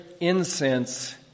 incense